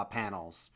panels